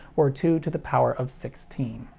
or two to the power of sixteen.